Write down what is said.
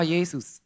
Jesus